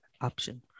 option